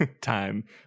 time